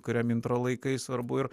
kuriam intro laikai svarbu ir